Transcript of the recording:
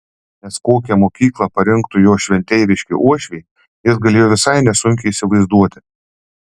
nes kokią mokyklą parinktų jo šventeiviški uošviai jis galėjo visai nesunkiai įsivaizduoti